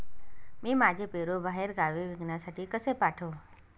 मी माझे पेरू बाहेरगावी विकण्यासाठी कसे पाठवू?